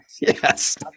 Yes